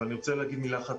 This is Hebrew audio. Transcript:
אבל אני רוצה להגיד מילה אחת.